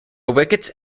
wickets